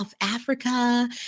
Africa